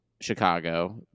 Chicago